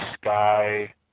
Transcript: sky